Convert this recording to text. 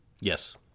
Yes